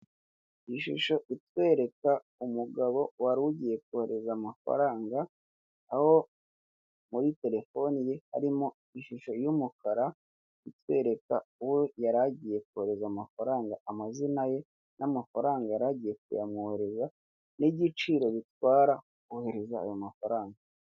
Ishusho itwereka umugabo wari ugiye kohereza amafaranga, aho muri telefoni ye harimo ishusho y'umukara itwereka uwo yari agiye kohereza amafaranga amazina ye n'amafaranga yari agiye kuyamwohereza n'igiciro bitwara kohereza ayo mafaranga.